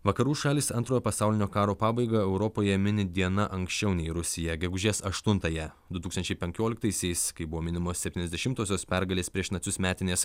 vakarų šalys antrojo pasaulinio karo pabaigą europoje mini diena anksčiau nei rusija gegužės aštuntąją du tūkstančiai penkioliktaisiais kai buvo minimos septyniasdešimtosios pergalės prieš nacius metinės